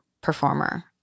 performer